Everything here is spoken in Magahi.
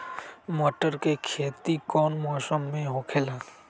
मटर के खेती कौन मौसम में होखेला?